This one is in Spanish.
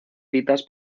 citas